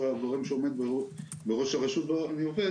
שהוא הגורם שעומד בראש הרשות שבה אני עובד,